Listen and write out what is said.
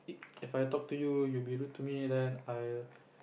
If I talk to you you be rude to me then I'll